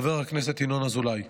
חבר הכנסת ינון אזולאי.